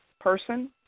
person